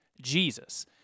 Jesus